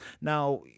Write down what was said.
Now